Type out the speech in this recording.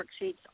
worksheets